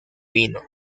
vino